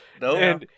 No